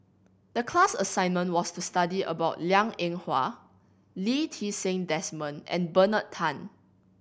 the class assignment was to study about Liang Eng Hwa Lee Ti Seng Desmond and Bernard Tan